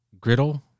Griddle